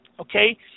okay